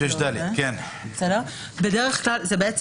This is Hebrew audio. בעצם